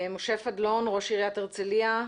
משה פדלון, ראש עיריית הרצליה,